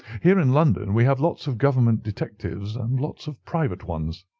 here in london we have lots of government detectives and lots of private ones.